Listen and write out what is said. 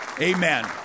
Amen